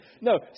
No